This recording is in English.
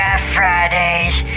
Fridays